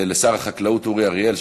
לשר החקלאות אורי אריאל,